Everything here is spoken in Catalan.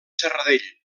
serradell